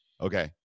Okay